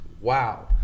wow